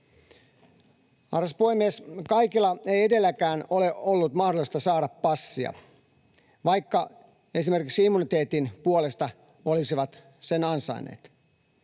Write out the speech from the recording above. Arvoisa puhemies! Kaikilla ei edelleenkään ole ollut mahdollisuutta saada passia, vaikka esimerkiksi immuniteetin puolesta olisivat sen ansainneet.